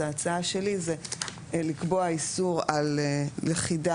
אז הצעה שלי זה לקבוע איסור על לכידה